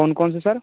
कौन कौनसे सर